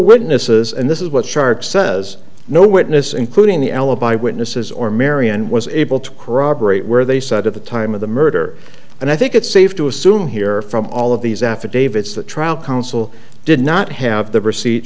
witnesses and this is what shark says no witness including the alibi witnesses or marion was able to corroborate where they said at the time of the murder and i think it's safe to assume here from all of these affidavits that trial counsel did not have the receipt